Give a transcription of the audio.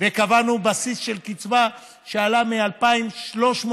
וקבענו בסיס של קצבה שעלה מ-2,350